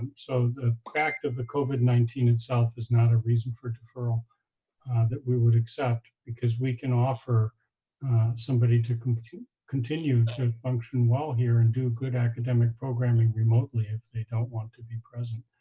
so the fact of the covid nineteen itself is not a reason for deferral that we would accept, because we can offer somebody to continue continue to function well here and do good academic programming remotely if they don't want to be present.